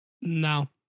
No